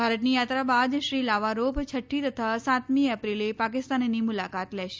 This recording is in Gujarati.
ભારતની યાત્રા બાદ શ્રી લાવારોફ છઠ્ઠી તથા સાતમી એપ્રિલે પાકિસ્તાનની મુલાકાત લેશે